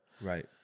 right